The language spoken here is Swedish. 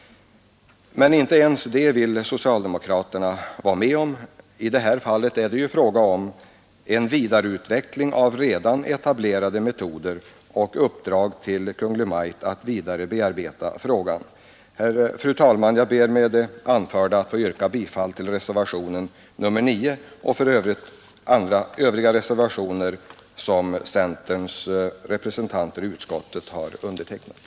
Men inte ens det vill socialdemokraterna vara med om. I det här fallet är det ju fråga om en vidareutveckling av redan etablerade metoder och uppdrag till Kungl. Maj:t att bearbeta frågan. Fru talman! Det jag nu talat om hänför sig närmast till reservationen 9, och jag ber att med det anförda få yrka bifall till denna reservation samt till de övriga reservationer vid vilka centerns representanter i utskottet står antecknade.